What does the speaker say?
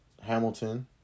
Hamilton